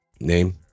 name